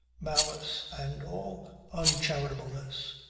malice and all uncharitableness.